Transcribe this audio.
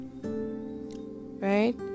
Right